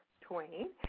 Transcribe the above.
Twain